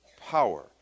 power